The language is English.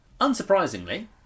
Unsurprisingly